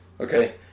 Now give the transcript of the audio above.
okay